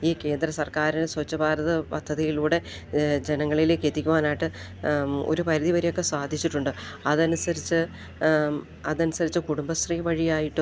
ഈ കേന്ദ്ര സർക്കാരിന് സ്വച്ഛ ഭാരത പദ്ധതിയിലൂടെ ജനങ്ങളിലേക്ക് എത്തിക്കുവാനായിട്ട് ഒരു പരിധി വരെയൊക്കെ സ്വാധിച്ചിട്ടുണ്ട് അതനുസരിച്ച് അതനുസരിച്ച് കുടുംബശ്രീ വഴിയായിട്ടും